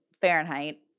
Fahrenheit